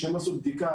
הם עשו בדיקה